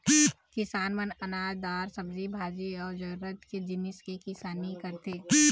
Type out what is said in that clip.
किसान मन अनाज, दार, सब्जी भाजी अउ जरूरत के जिनिस के किसानी करथे